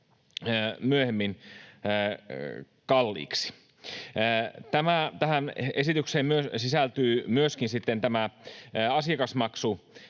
myöhemmin kalliiksi. Tähän esitykseen sisältyy myöskin tämä